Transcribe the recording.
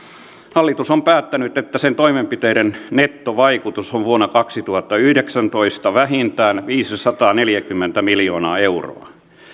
hallitus on päättänyt että sen toimenpiteiden nettovaikutus on vuonna kaksituhattayhdeksäntoista vähintään viisisataaneljäkymmentä miljoonaa euroa